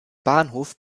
bahnhof